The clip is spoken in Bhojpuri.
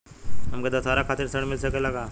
हमके दशहारा खातिर ऋण मिल सकेला का?